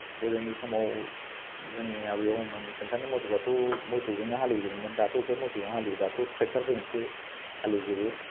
गोदोनि समाव जोंनि आबै आबौमोन खोन्थानाय मथेब्लाथ' मोसौजोंनो हालेवजोबोमोन दाथ' अबाय मोसौजों हालवो दाथ' ट्रेक्टरजोंसो हालेवजोबो